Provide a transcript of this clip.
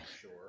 Sure